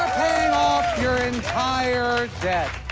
ah your entire debt.